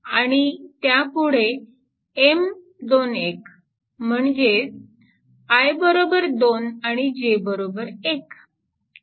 आणि त्यापुढे M21 म्हणजे i2 आणि j1